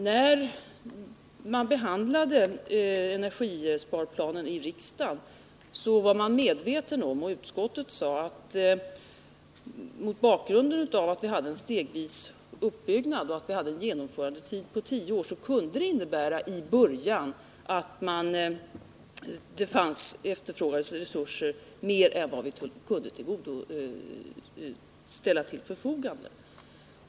När energisparplanen behandlades i riksdagen sade utskottet, med hänvisning till att det var fråga om en stegvis uppbyggnad och en genomförandetid på tio år, att det i början kunde efterfrågas mer än vad som motsvarade de resurser som stod till förfogande.